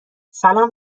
سلام